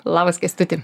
labas kęstutį